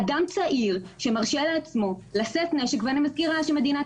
אדם צעיר שמרשה לעצמו לשאת נשק ואני מזכירה שמדינת